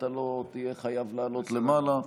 אתה לא תהיה חייב לעלות למעלה.